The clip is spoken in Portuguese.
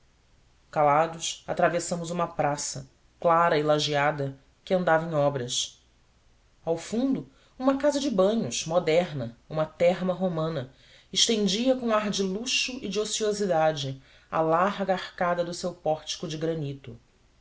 calados atravessamos uma praça clara e lajeada que andava em obras ao fundo uma casa de banhos moderna uma terma romana estendia com ar de luxo e de ociosidade a longa arcada do seu pórtico de granito